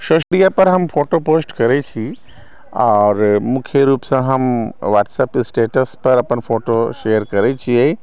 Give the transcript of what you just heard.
social media पर हम photo post करै छी आओर मुख्य रूपसँ हम ह्वाटसएप पर स्टैटस पर अपन फोटो शेयर करै छियै